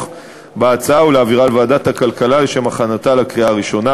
בהצעה ולהעבירה לוועדת הכלכלה לשם הכנתה לקריאה הראשונה.